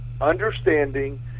understanding